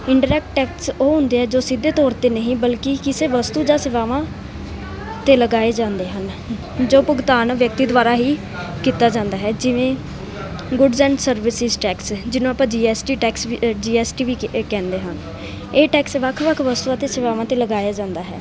indirect tax ਉਹ ਹੁੰਦੇ ਆ ਜੋ ਸਿੱਧੇ ਤੌਰ 'ਤੇ ਨਹੀਂ ਬਲਕਿ ਕਿਸੇ ਵਸਤੂ ਜਾਂ ਸੇਵਾਵਾਂ 'ਤੇ ਲਗਾਏ ਜਾਂਦੇ ਹਨ ਜੋ ਭੁਗਤਾਨ ਵਿਅਕਤੀ ਦੁਆਰਾ ਹੀ ਕੀਤਾ ਜਾਂਦਾ ਹੈ ਜਿਵੇਂ ਗੁਡਜ ਐਂਡ ਸਰਵਿਸਿਸ ਟੈਕਸ ਜਿਹਨੂੰ ਆਪਾਂ ਜੀ ਐਸ ਟੀ ਟੈਕਸ ਵੀ ਜੀ ਐਸ ਟੀ ਵੀ ਕ ਕਹਿੰਦੇ ਹਾਂ ਇਹ ਟੈਕਸ ਵੱਖ ਵੱਖ ਵਸਤੂਆਂ ਅਤੇ ਸੇਵਾਵਾਂ 'ਤੇ ਲਗਾਇਆ ਜਾਂਦਾ ਹੈ